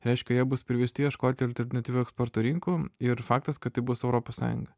reiškia jie bus priversti ieškoti alternatyvių eksporto rinkų ir faktas kad tai bus europos sąjunga